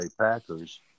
Packers